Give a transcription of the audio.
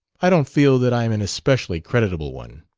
i don't feel that i'm an especially creditable one.